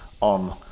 on